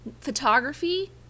photography